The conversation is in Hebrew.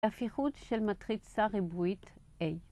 הפיכות של מטריצה ריבועית A